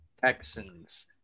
Texans